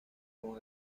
con